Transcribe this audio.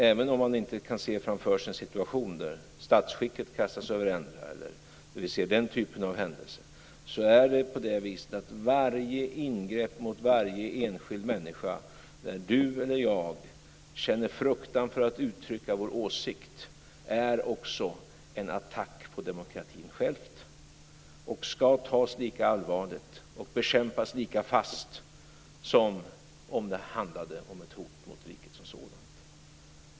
Även om man inte kan se framför sig en situation där statsskicket kastas över ända är det på det viset att varje ingrepp mot varje enskild människa, där du eller jag känner fruktan för att uttrycka vår åsikt, också är en attack på demokratin självt och ska tas lika allvarligt och bekämpas lika fast som om det handlade om ett hot mot riket som sådant.